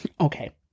Okay